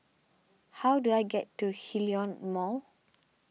how do I get to Hillion Mall